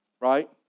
Right